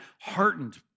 heartened